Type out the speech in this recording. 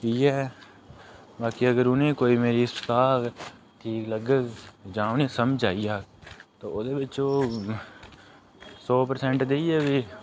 इ'यै बाकी अगर उनें'ई कोई मेरी सलाह् ठीक लग्गग जां उनें'ई समझ च आई जाह्ग ते ओह्दे बिच्च ओह् सौ परसेंट देइयै बी